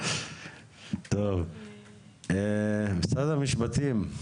טוב, משרד המשפטים,